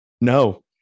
No